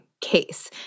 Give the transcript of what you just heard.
case